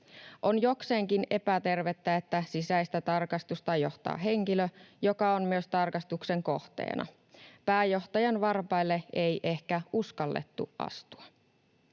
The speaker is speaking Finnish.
On jokseenkin epätervettä, että sisäistä tarkastusta johtaa henkilö, joka on myös tarkastuksen kohteena. Pääjohtajan varpaille ei ehkä uskallettu astua.